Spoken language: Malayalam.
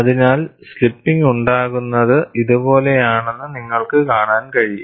അതിനാൽ സ്ലിപ്പിങ് ഉണ്ടാകുന്നത് ഇതുപോലെയാണെന്ന് നിങ്ങൾക്ക് കാണാൻ കഴിയും